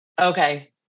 Okay